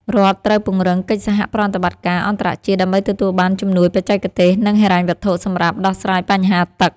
រដ្ឋត្រូវពង្រឹងកិច្ចសហប្រតិបត្តិការអន្តរជាតិដើម្បីទទួលបានជំនួយបច្ចេកទេស និងហិរញ្ញវត្ថុសម្រាប់ដោះស្រាយបញ្ហាទឹក។